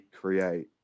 create